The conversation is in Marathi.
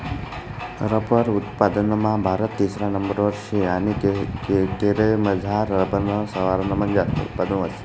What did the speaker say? रबर उत्पादनमा भारत तिसरा नंबरवर शे आणि केरयमझार रबरनं सरवासमा जास्त उत्पादन व्हस